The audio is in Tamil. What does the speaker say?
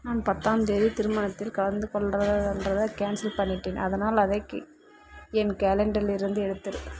நான் பத்தாம் தேதி திருமணத்தில் கலந்துகொள்றதா என்றதை கேன்சல் பண்ணிவிட்டேன் அதனால் அதை கே என் கேலண்டரில் இருந்து எடுத்திரு